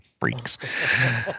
freaks